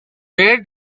where